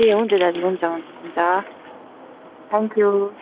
ए हुन्छ दाजु हुन्छ हुन्छ हुन्छ थ्याङ्क यू